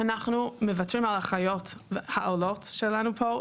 אנחנו מוותרים על האחיות העולות שלנו פה,